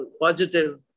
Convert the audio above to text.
positive